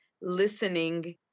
listening